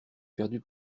perdu